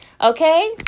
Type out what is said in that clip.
Okay